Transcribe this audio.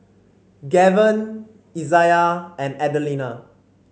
Gaven Izayah and Adelina